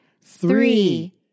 Three